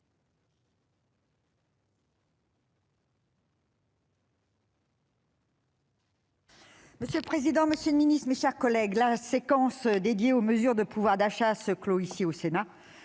Monsieur le président, monsieur le ministre, mes chers collègues, la séquence dédiée aux mesures de pouvoir d'achat se clôt ici, au Sénat,